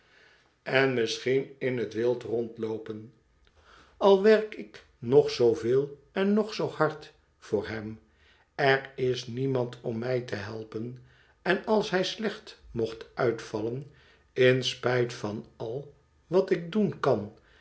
en misschien in het wild rondloopen al werk ik nog zooveel en nog zoo hard voor hem er is niemand om mij te helpen en als hij slecht mocht uitvallen in spijt van al wat ik doen kan